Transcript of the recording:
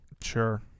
sure